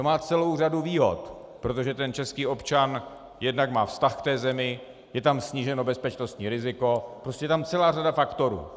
To má celou řadu výhod, protože český občan jednak má vztah k té zemi, je tam sníženo bezpečnostní riziko, prostě je tam celá řada faktorů.